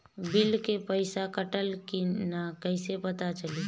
Bill के पइसा कटल कि न कइसे पता चलि?